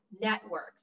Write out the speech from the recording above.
networks